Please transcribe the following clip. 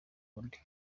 wundi